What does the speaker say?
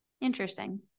Interesting